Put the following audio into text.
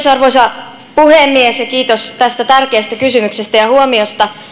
arvoisa puhemies kiitos tästä tärkeästä kysymyksestä ja huomiosta